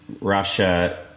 russia